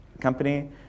company